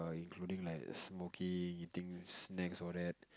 including like the smoking eating snacks all that